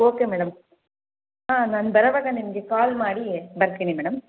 okay madam ಹಾಂ ನಾನು ಬರೋವಾಗ ನಿಮಗೆ ಕಾಲ್ ಮಾಡಿ ಬರ್ತೀನಿ ಮೇಡಮ್